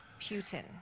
Putin